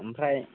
आमफ्राय